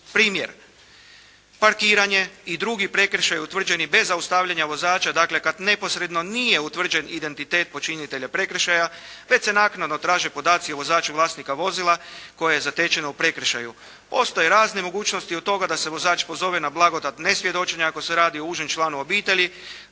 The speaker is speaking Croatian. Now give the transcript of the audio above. Primjer. Parkiranje i drugi prekršaji utvrđeni bez zaustavljanja vozača, dakle, kada neposredno nije utvrđen identitet počinitelja prekršaja, već se naknadno traže podaci o vozaču, vlasnika vozila, koje je zatečeno u prekršaju. Postoje razne mogućnosti od toga da se vozač pozove na blagodat ne svjedočenja ako se radi o užem članu obitelji,